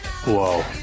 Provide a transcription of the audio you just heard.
whoa